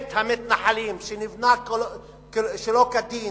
בית המתנחלים שנבנה שלא כדין,